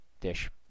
dish